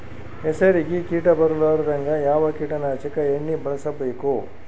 ಹೆಸರಿಗಿ ಕೀಟ ಬರಲಾರದಂಗ ಯಾವ ಕೀಟನಾಶಕ ಎಣ್ಣಿಬಳಸಬೇಕು?